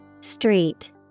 Street